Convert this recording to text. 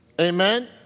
amen